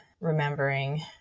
remembering